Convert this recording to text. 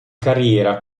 carriera